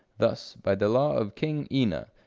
thus, by the law of king ina,